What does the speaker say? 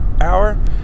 hour